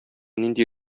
нинди